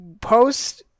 post